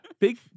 big